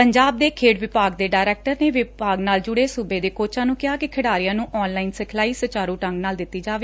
ਪੰਜਾਬ ਦੇ ਖੇਡ ਵਿਭਾਗ ਦੇ ਡਾਇਰੈਕਟਰ ਨੇ ਵਿਭਾਗ ਨਾਲ ਜੁੜੇ ਸੂਬੇ ਦੇ ਕੋਚਾਂ ਨੂੰ ਕਿਹੈ ਕਿ ਖਿਡਾਰੀਆਂ ਨੁੰ ਆਨਲਾਇਨ ਸਿਖਲਾਈ ਸੁਚਾਰੁ ਢੰਗ ਨਾਲ ਦਿੱਤੀ ਜਾਵੇ